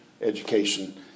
education